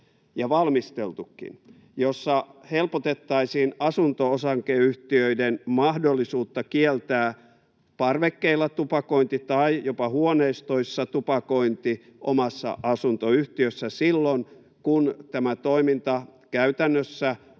ja valmisteltukin, jossa helpotettaisiin asunto-osakeyhtiöiden mahdollisuutta kieltää parvekkeilla tupakointi tai jopa huoneistoissa tupakointi omassa asuntoyhtiössä silloin, kun tämä toiminta käytännössä